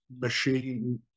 machine